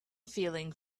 feeling